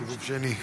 סיבוב שני,